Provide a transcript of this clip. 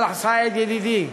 ידידי,